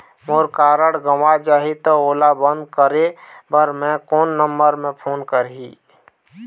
मोर card गंवा जाही त ओला बंद करें बर मैं कोन नंबर म फोन करिह?